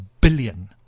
billion